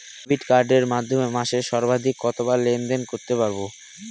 Debit কার্ডের মাধ্যমে মাসে সর্বাধিক কতবার লেনদেন করতে পারবো?